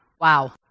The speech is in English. wow